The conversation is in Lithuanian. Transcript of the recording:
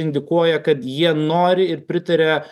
indikuoja kad jie nori ir pritaria